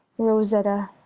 rosetta,